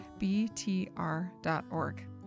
btr.org